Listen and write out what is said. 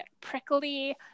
prickly